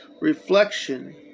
reflection